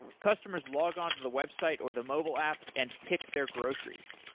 customers log onto the website or the mobile app and pick their groceries.